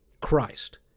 Christ